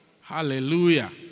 Hallelujah